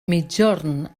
migjorn